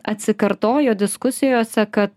atsikartojo diskusijose kad